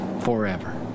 forever